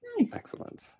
Excellent